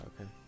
okay